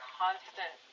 constant